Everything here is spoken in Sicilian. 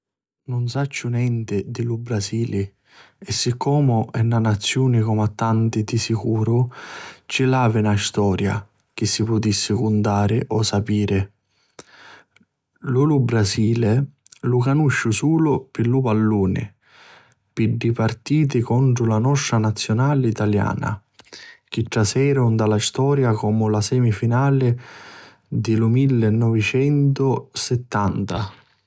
Nun sacciu nenti di lu Brasili e siccomu è na naziuni comu a tanti di sicuru ci l'havi na storia chi si putissi cuntari o sapiri. Iu lu Brasili lu canusciu sulu pi lu palluni, pi ddi partiti contru la nostra naziunali taliana chi traseru nta la storia comu la semifinali di lu millinovicentusittanta.